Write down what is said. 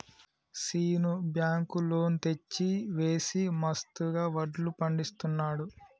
Seenu bank loan తెచ్చి వేసి మస్తుగా వడ్లు పండిస్తున్నాడు